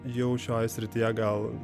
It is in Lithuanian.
jau šioj srityje gal